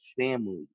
family